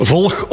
Volg